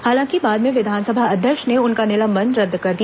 हालांकि बाद में विधानसभा अध्यक्ष ने उनका निलंबन रद्द कर दिया